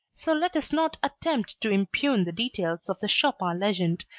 so let us not attempt to impugn the details of the chopin legend,